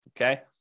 Okay